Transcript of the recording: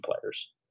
players